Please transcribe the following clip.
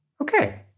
Okay